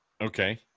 okay